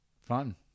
fun